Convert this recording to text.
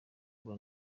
kuba